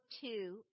two